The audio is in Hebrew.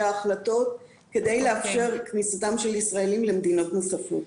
ההחלטות כדי לאפשר כניסתם של ישראלים למדינות נוספות.